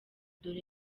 dore